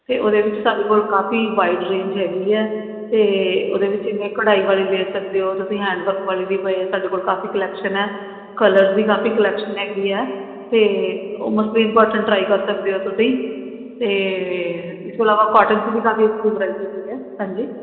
ਅਤੇ ਉਹਦੇ ਵਿੱਚ ਸਾਡੇ ਕੋਲ ਕਾਫੀ ਵਾਈਡ ਰੇਂਜ ਹੈਗੀ ਹੈ ਅਤੇ ਉਹਦੇ ਵਿੱਚ ਮੈਂ ਕਢਾਈ ਵਾਲੇ ਲੈ ਸਕਦੇ ਹੋ ਤੁਸੀਂ ਹੈਂਡ ਵਰਕ ਵਾਲੇ ਵੀ ਪਏ ਆ ਸਾਡੇ ਕੋਲ ਕਾਫੀ ਕਲੈਕਸ਼ਨ ਹੈ ਕਲਰਸ ਦੀ ਕਾਫੀ ਕਲੈਕਸ਼ਨ ਹੈਗੀ ਹੈ ਅਤੇ ਉਹ ਮਸਲੀਨ ਕੋਟਨ ਟਰਾਈ ਕਰ ਸਕਦੇ ਹੋ ਤੁਸੀਂ ਅਤੇ ਇਸ ਤੋਂ ਇਲਾਵਾ ਕੋਟਨ 'ਚ ਵੀ ਕਾਫੀ ਅੱਛੀ ਵਰਾਈਟੀ ਪਈ ਏ ਹਾਂਜੀ